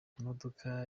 imodoka